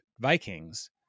Vikings